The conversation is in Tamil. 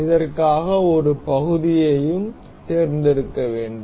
இதற்காக ஒரு பகுதியையும் தேர்ந்தெடுக்க வேண்டும்